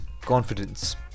confidence